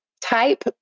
type